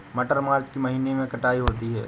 मटर मार्च के महीने कटाई होती है?